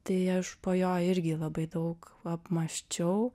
tai aš po jo irgi labai daug apmąsčiau